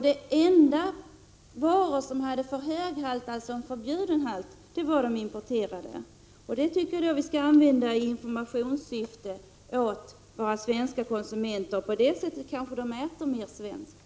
De enda varor som hade för hög halt, alltså en förbjuden halt, var de importerade varorna. Detta tycker jag att vi skall använda i informationssyfte när det gäller våra svenska konsumenter. På det sättet kanske de äter mer svenskt.